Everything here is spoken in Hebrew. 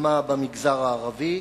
וכמה במגזר הערבי?